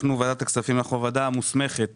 ועדת הכספים היא הוועדה המוסמכת